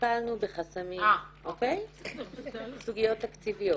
נתקלנו בחסמים, סוגיות תקציביות.